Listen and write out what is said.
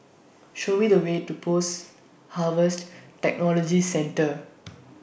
Show Me The Way to Post Harvest Technology Centre